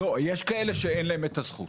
לא, יש כאלה שאין להם את הזכות,